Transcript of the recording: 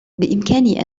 بإمكاني